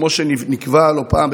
כמו שנקבע לא פעם,